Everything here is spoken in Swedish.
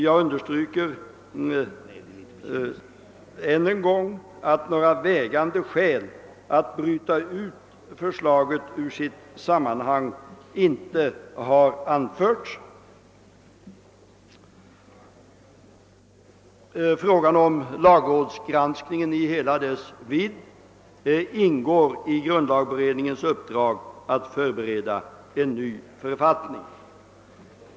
Jag understryker än en gång att några vägande skäl för att bryta ut förslaget ur sitt sammanhang inte har anförts. Frågan om lagrådsgranskningen i hela dess vidd ingår i grundlagberedningens uppdrag att förbereda en ny författning.